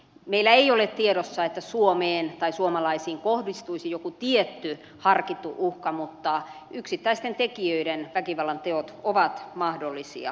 meillä ei ole tiedossa että suomeen tai suomalaisiin kohdistuisi joku tietty harkittu uhka mutta yksittäisten tekijöiden väkivallanteot ovat mahdollisia